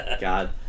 God